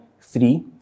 three